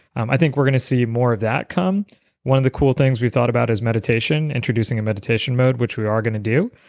um i think we're going to see more of that come one of the cool things we've thought about is meditation, introducing a meditation mode, which we are going to do.